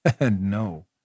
no